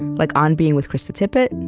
like on being with krista tippett,